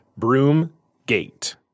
BroomGate